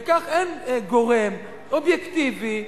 וכך אין גורם אובייקטיבי,